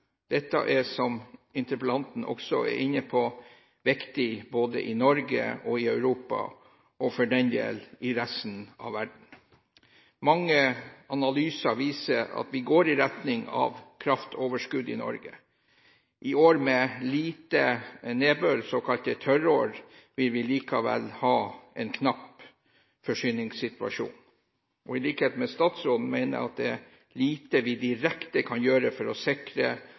Dette er – som interpellanten også er inne på – viktig både i Norge og i Europa – og for den del i resten av verden. Mange analyser viser at vi går i retning av et kraftoverskudd i Norge. I år med lite nedbør, såkalte tørrår, vil vi likevel ha en knapp forsyningssituasjon. I likhet med statsråden mener jeg at det er lite vi direkte kan gjøre for å sikre